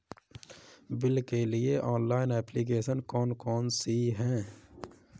Bill के लिए online application कौन कौन सी हैं?